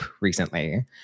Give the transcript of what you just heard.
recently